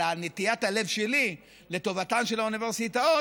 על נטיית הלב שלי לטובתן של האוניברסיטאות,